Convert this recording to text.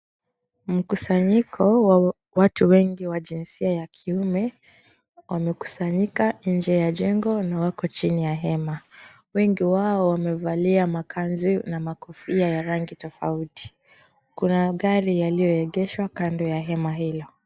Mkusanyiko wa watu wengi wa jinsia ya kiume, wamekusanyika nje ya jengo na wako chini ya hema. Wengi wao wamevalia makanzu na makofia ya rangi tofauti. Kuna gari yaliyoegeshwa kando ya hema hilo.